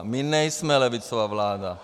My nejsme levicová vláda.